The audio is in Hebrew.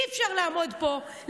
אי-אפשר לעמוד פה,